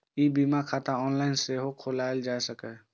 ई बीमा खाता ऑनलाइन सेहो खोलाएल जा सकैए